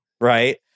Right